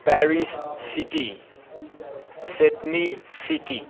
Paris city Sydney city